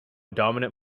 dominant